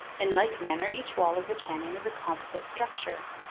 in like manner, each wall of the canyon is a composite structure,